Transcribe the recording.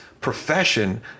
profession